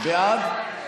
בעד?